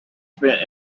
spent